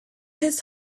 his